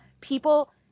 people